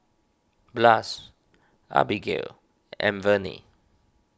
Blas Abigail and Venie